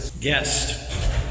guest